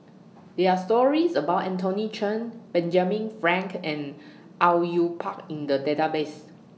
There Are stories about Anthony Chen Benjamin Frank and Au Yue Pak in The Database